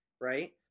right